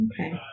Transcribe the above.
Okay